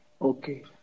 Okay